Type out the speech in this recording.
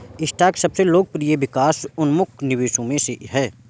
stock सबसे लोकप्रिय विकास उन्मुख निवेशों में से है